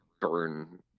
burn